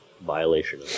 violation